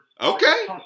Okay